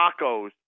tacos